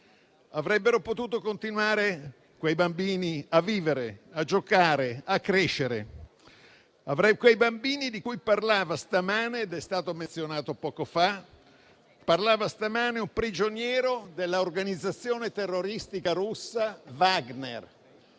avrebbero potuto continuare a vivere, a giocare, a crescere. Di quei bambini parlava stamane - è stato menzionato poco fa - un prigioniero dell'organizzazione terroristica russa Wagner;